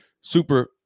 super